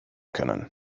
können